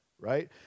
right